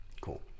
Cool